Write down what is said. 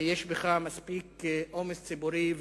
יש לך מספיק אומץ ציבורי,